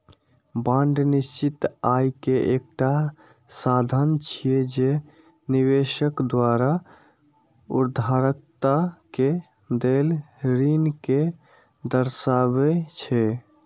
bond निश्चित आय के एकटा साधन छियै, जे निवेशक द्वारा उधारकर्ता कें देल ऋण कें दर्शाबै छै